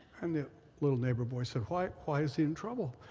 and the little neighbor boy said, why why is he in trouble?